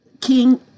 King